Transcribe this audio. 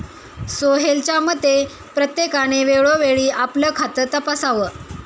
सोहेलच्या मते, प्रत्येकाने वेळोवेळी आपलं खातं तपासावं